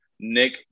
Nick